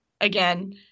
again